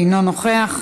אינו נוכח,